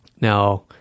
Now